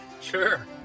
Sure